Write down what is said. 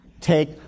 take